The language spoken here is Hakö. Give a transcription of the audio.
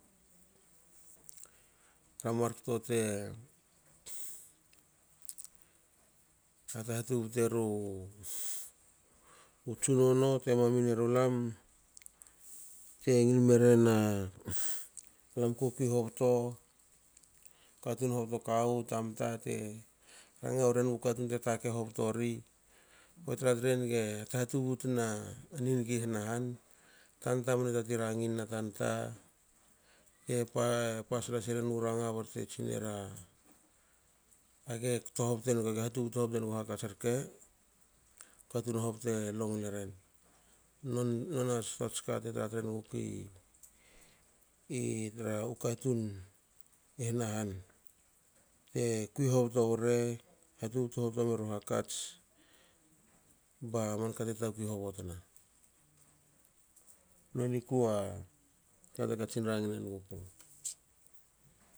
Tra markto te hat hatubteru tsunono te mamin erulam te ngil meren a lam ko kui hobto katun hobto kawu tamta te ranga weren bu katun te takei hobtori kotra trenge hat hatubutna niniga i hna han tanta mne tati ranginna tanti te pas naseren u ranga bte tsinera age kto hobtenga ge hatubtu hobtengu hakats rke. katun hobte longle ren non nonats toats ka te tra tren gukui tru katun i hna han te kui hobto wore hatubtu hobto meru hakats ba manka te takui hobotna nonikua kate katsin rangine nuguku.